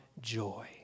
joy